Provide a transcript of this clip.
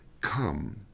come